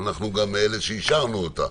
אנחנו היינו גם מאלה שאישרנו אותה.